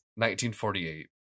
1948